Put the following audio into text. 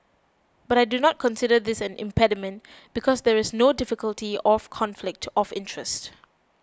but I do not consider this an impediment because there is no difficulty of conflict of interest